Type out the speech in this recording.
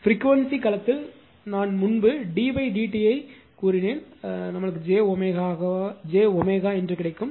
frequency களத்தில் நான் முன்பு d d t ஐ சொன்னேன் செய்தால் j ஐ மாற்றவும்